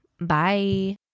Bye